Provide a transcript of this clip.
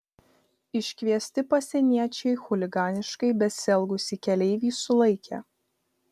iškviesti pasieniečiai chuliganiškai besielgusį keleivį sulaikė